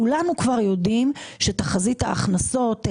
כולנו כבר יודעים שתחזית ההכנסות,